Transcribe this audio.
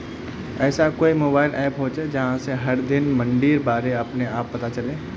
ऐसा कोई mobile app होचे जहा से हर दिन मंडीर बारे अपने आप पता चले?